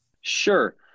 sure